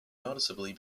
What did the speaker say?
noticeably